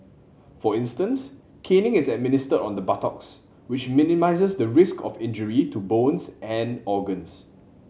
for instance caning is administered on the buttocks which minimises the risk of injury to bones and organs